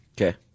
Okay